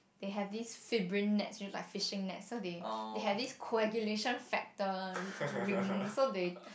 they have these fibrin nets used like fishing nets so they they have this coagulation factor ringing